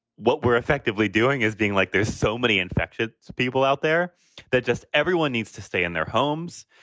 what we're effectively doing is being like there's so many infected people out there that just everyone needs to stay in their homes.